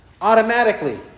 automatically